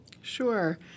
Sure